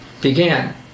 began